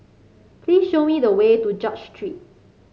please show me the way to George Street